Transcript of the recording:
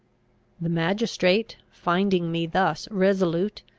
the magistrate, finding me thus resolute,